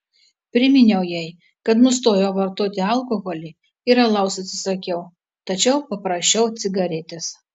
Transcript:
priminiau jai kad nustojau vartoti alkoholį ir alaus atsisakiau tačiau paprašiau cigaretės